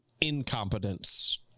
incompetence